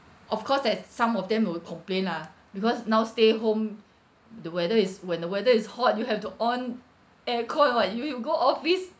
of course there's some of them will complain lah because now stay home the weather is when the weather is hot you have to on air-con what you you go office